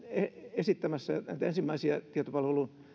esittämässä näitä ensimmäisiä tietopalvelun